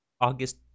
August